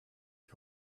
die